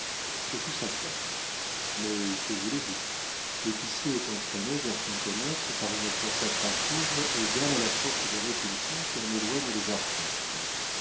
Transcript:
ce fut sa perte mais que voulez-vous l'épicier est entraîné vers son commerce par une force attractive égale à la force de répulsion qui en éloigne les artistes